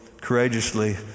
courageously